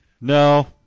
No